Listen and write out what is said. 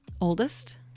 oldest